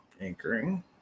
anchoring